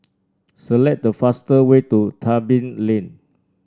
select the fast way to Tebing Lane